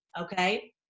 Okay